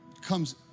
comes